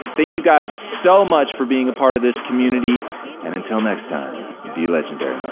thank you guys so much for being a part of this community and until next time be legendary